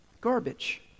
Garbage